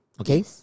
Okay